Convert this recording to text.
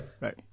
Right